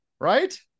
right